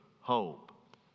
hope